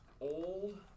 old